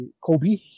Kobe